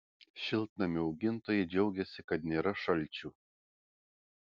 šiltnamių augintojai džiaugiasi kad nėra šalčių